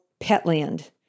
Petland